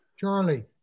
Charlie